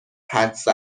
حدس